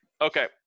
Okay